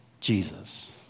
Jesus